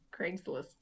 Craigslist